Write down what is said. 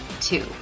two